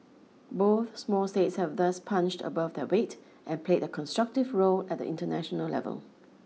both small states have thus punched above their weight and played a constructive role at the international level